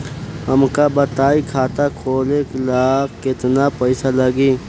हमका बताई खाता खोले ला केतना पईसा लागी?